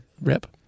rip